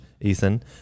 Ethan